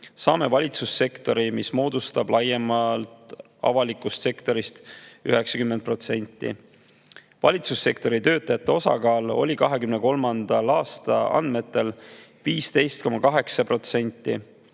saame valitsussektori, mis moodustab laiemast avalikust sektorist 90%. Valitsussektori töötajate osakaal oli 2023. aasta andmetel 15,8%.